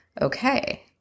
okay